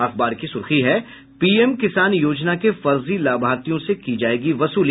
अखबार की सुर्खी है पीएम किसान योजना के फर्जी लाभार्थियों से की जायेगी वसूली